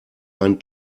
ein